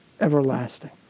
everlasting